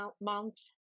months